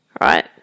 right